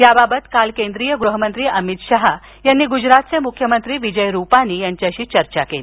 याबाबत काल केंद्रीय गृहमंत्री अमित शाह यांनी गुजरातचे मुख्यमंत्री विजय रूपानी यांच्याशी चर्चा केली